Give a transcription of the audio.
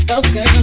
Okay